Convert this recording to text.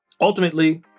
Ultimately